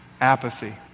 Apathy